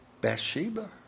Bathsheba